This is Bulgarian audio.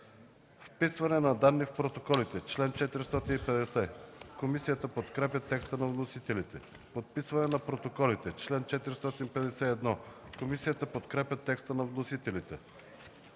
„Вписване на данни в протоколите”, чл. 450. Комисията подкрепя текста на вносителите. „Подписване на протоколите”, чл. 451. Комисията подкрепя текста на вносителите.